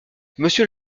monsieur